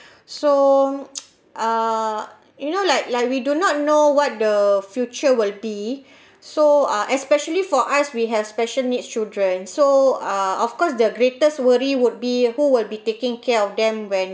so uh you know like like we do not know what the future will be so uh especially for us we have special needs children so ah of course the greatest worry would be who will be taking care of them when